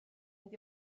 mynd